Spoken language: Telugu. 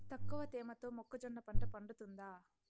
తక్కువ తేమతో మొక్కజొన్న పంట పండుతుందా?